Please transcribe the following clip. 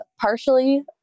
Partially